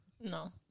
No